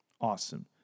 Awesome